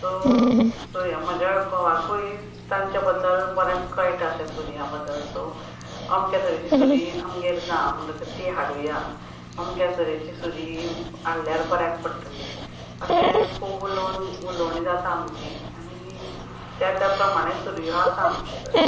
so so ह्या म्हज्या घोवाकूय तांच्या बद्दल बरेंच कळटा अशें सुरया बद्दल सो अमके तरेची सुरी आमगेर ना म्हणटकत ती हाडुया अमकेच तरेची सुरी हाडल्यार बऱ्याक पडटली अशें खूब उलोवन उलोवणी जाता आमची आनी त्या त्या प्रमाणे सुरयो आसा आमचे कडेन